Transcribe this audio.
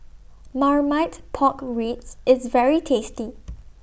Marmite Pork Ribs IS very tasty